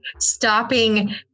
stopping